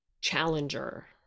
challenger